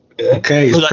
okay